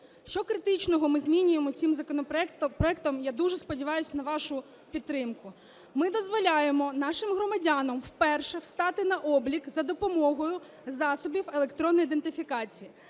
Що критичного ми змінюємо цим законопроектом? Я дуже сподіваюся на вашу підтримку. Ми дозволяємо нашим громадянам вперше стати на облік за допомогою засобів електронної ідентифікації